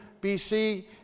BC